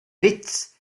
witz